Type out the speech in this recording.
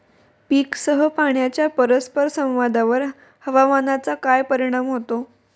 पीकसह पाण्याच्या परस्पर संवादावर हवामानाचा काय परिणाम होतो?